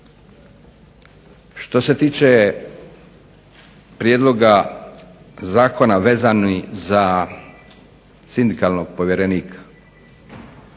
Što se tiče prijedloga zakona vezani za sindikalnog povjerenika.